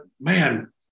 man